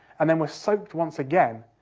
and then were soaked once again,